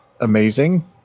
amazing